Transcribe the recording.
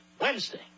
Wednesday